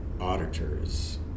auditors